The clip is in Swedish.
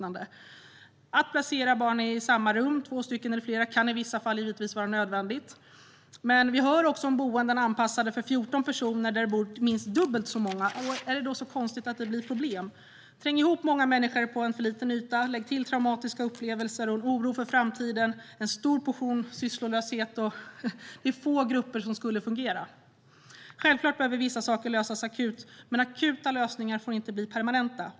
Att placera barn i samma rum, två eller flera, kan i vissa fall givetvis vara nödvändigt. Men vi hör också om boenden anpassade för 14 där det bor minst dubbelt så många. Är det då konstigt att det blir problem? Träng ihop många människor på en för liten yta, lägg till traumatiska upplevelser, oro för framtiden och en stor portion sysslolöshet - det är få grupper som skulle fungera! Självklart behöver vissa saker lösas akut. Men akuta lösningar får inte bli permanenta.